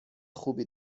خوبی